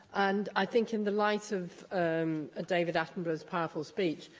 and i think, in the light of um david attenborough's powerful speech,